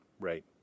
right